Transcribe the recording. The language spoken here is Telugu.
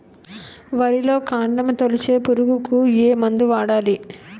వరిలో కాండము తొలిచే పురుగుకు ఏ మందు వాడాలి?